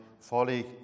folly